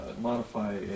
modify